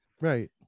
right